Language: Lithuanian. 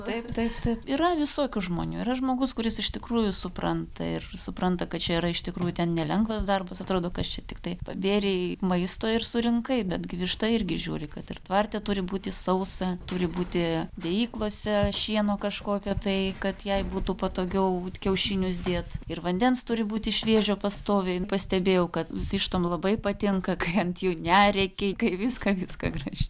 taip taip taip yra visokių žmonių yra žmogus kuris iš tikrųjų supranta ir supranta kad čia yra iš tikrųjų ten nelengvas darbas atrodo kad čia tiktai pabėrei maisto ir surinkai bet gi višta irgi žiūri kad ir tvarte turi būti sausa turi būti dėjyklose šieno kažkokio tai kad jei būtų patogiau kiaušinius dėt ir vandens turi būti šviežio pastoviai pastebėjau kad vištom labai patinka kai ant jų nerėki kai viską viską gražiai